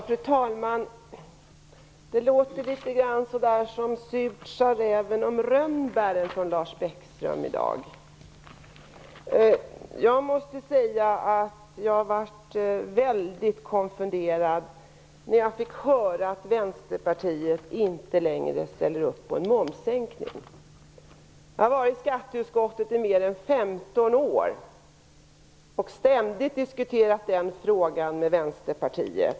Fru talman! Det låter litet grand som surt sa räven om rönnbären från Lars Bäckström i dag. Jag blev väldigt konfunderad när jag fick höra att Vänsterpartiet inte längre ställde upp på en momssänkning. Jag har varit med i skatteutskottet i mer än 15 år och ständigt diskuterat den frågan med Vänsterpartiet.